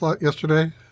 yesterday